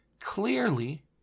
Clearly